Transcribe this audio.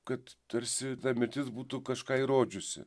kad tarsi ta mirtis būtų kažką įrodžiusi